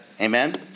Amen